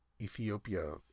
Ethiopia